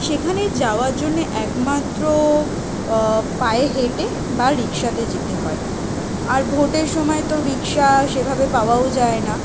সেখানে যাওয়ার জন্যে একমাত্র পায়ে হেঁটে বা রিক্সাতে যেতে হয় আর ভোটের সমায় তো রিক্সা সেভাবে পাওয়াও যায় না